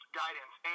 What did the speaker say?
guidance